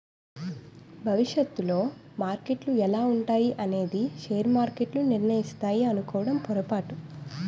భవిష్యత్తులో మార్కెట్లు ఎలా ఉంటాయి అనేది షేర్ మార్కెట్లు నిర్ణయిస్తాయి అనుకోవడం పొరపాటు